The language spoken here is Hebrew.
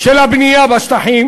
של הבנייה בשטחים